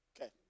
Okay